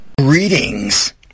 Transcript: Greetings